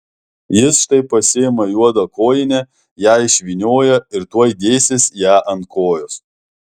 jis štai pasiima juodą kojinę ją išvynioja ir tuoj dėsis ją ant kojos